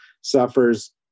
suffers